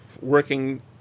working